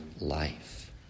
life